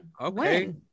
Okay